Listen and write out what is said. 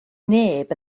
neb